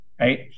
right